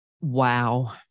Wow